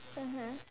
mmhmm